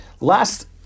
Last